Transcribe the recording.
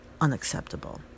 unacceptable